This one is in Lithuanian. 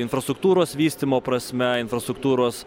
infrastruktūros vystymo prasme infrastruktūros